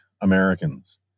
Americans